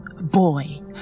Boy